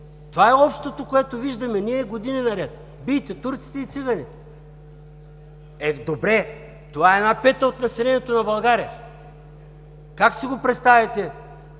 Това е общото, което виждаме ние години наред: „Бийте турците и циганите!“ Добре, това е една пета от населението на България. Как си го представяте,